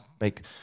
make